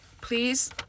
Please